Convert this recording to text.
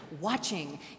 watching